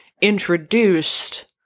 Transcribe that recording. introduced